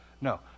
No